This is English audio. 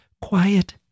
quiet